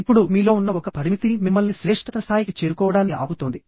ఇప్పుడు మీలో ఉన్న ఒక పరిమితి మిమ్మల్ని శ్రేష్ఠత స్థాయికి చేరుకోవడాన్ని ఆపుతోంది